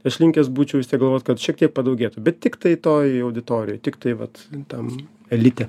aš linkęs būčiau galvot kad šiek tiek padaugėtų bet tiktai toj auditorijoj tiktai vat tam elite